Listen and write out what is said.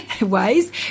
ways